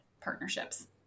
partnerships